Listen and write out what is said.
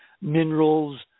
minerals